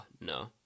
no